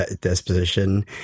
disposition